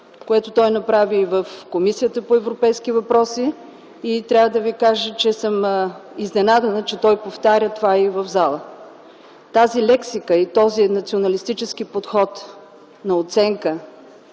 което той направи в Комисията по европейски въпроси, и трябва да ви кажа, че съм изненадана, че той повтаря това и в залата. Тази лексика и този националистически подход на оценка,